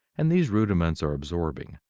and these rudiments are absorbing.